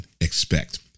expect